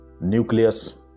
nucleus